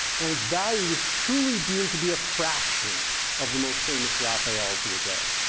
and its value was truly deemed to be a fraction of the most famous raphaels of the day.